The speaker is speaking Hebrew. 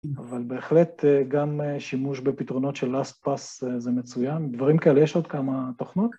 אבל בהחלט גם שימוש בפתרונות של last pass זה מצוין, בדברים כאלה יש עוד כמה תוכנות.